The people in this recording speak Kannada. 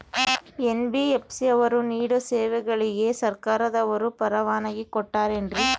ಎನ್.ಬಿ.ಎಫ್.ಸಿ ಅವರು ನೇಡೋ ಸೇವೆಗಳಿಗೆ ಸರ್ಕಾರದವರು ಪರವಾನಗಿ ಕೊಟ್ಟಾರೇನ್ರಿ?